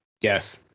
yes